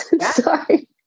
Sorry